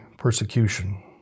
persecution